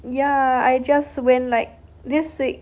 ya I just went like this week